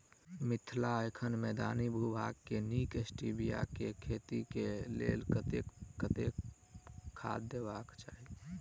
मिथिला एखन मैदानी भूभाग मे नीक स्टीबिया केँ खेती केँ लेल कतेक कतेक खाद देबाक चाहि?